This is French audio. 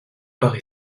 pouvez